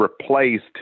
replaced